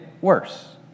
worse